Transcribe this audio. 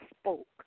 spoke